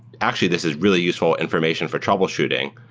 actually, this is really useful information for troubleshooting.